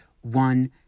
one